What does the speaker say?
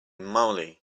moly